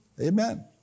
Amen